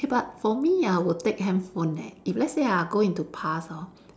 but for me I will take handphone eh if let's say ah I go into past hor